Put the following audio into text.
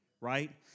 right